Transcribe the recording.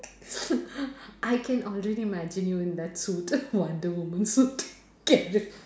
I can already imagine you in that suit wonder woman suit Kare~